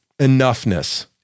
enoughness